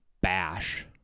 bash